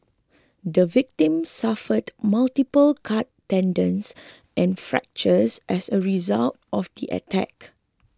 the victim suffered multiple cut tendons and fractures as a result of the attack